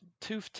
two